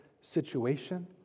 situation